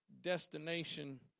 destination